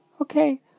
Okay